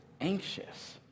anxious